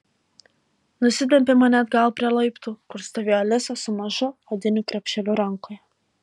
nusitempė mane atgal prie laiptų kur stovėjo alisa su mažu odiniu krepšeliu rankoje